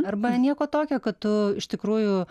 arba nieko tokio kad tu iš tikrųjų